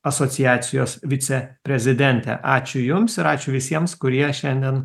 asociacijos viceprezidentė ačiū jums ir ačiū visiems kurie šiandien